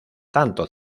tanto